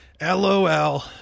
LOL